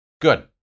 Good